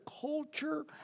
culture